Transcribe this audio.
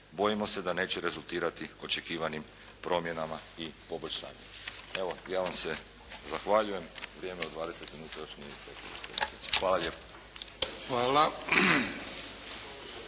bojimo se da neće rezultirati očekivanim promjenama i poboljšanju. Evo, ja vam se zahvaljujem. Vrijeme od 20 minuta još nije isteklo. Hvala